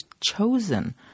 chosen